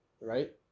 right